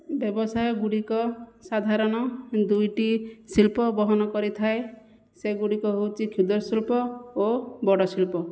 ବ୍ୟବସାୟ ଗୁଡ଼ିକ ସାଧାରଣ ଦୁଇଟି ଶିଳ୍ପ ବହନ କରିଥାଏ ସେଗୁଡ଼ିକ ହେଉଛି କ୍ଷୁଦ୍ର ଶିଳ୍ପ ଓ ବଡ଼ ଶିଳ୍ପ